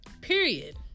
Period